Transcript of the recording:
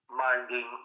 minding